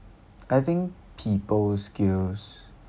I think people skills